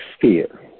fear